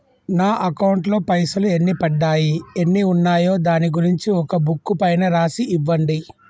నా అకౌంట్ లో పైసలు ఎన్ని పడ్డాయి ఎన్ని ఉన్నాయో దాని గురించి ఒక బుక్కు పైన రాసి ఇవ్వండి?